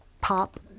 pop